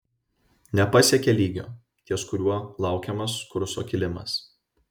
nepasiekė lygio ties kuriuo laukiamas kurso kilimas